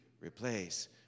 replace